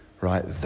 right